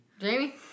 Jamie